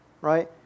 right